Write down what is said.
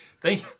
Thank